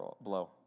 blow